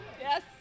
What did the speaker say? Yes